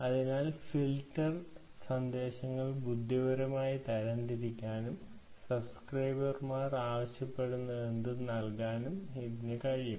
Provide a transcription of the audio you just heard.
അതിനാൽ ഫിൽറ്റർ സന്ദേശങ്ങൾ ബുദ്ധിപരമായി തരംതിരിക്കാനും സബ്സ്ക്രൈബർമാർ ആവശ്യപ്പെട്ടതെന്തും നൽകാനും ഇതിന് കഴിയും